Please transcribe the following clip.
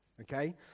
okay